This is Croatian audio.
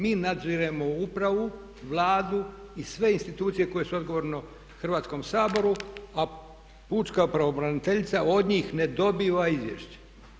Mi nadziremo upravu, Vladu i sve institucije koje su odgovorne Hrvatskom saboru a pučka pravobraniteljica od njih ne dobiva izvješće.